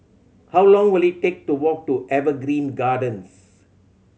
how long will it take to walk to Evergreen Gardens